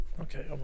Okay